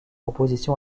opposition